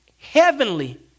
heavenly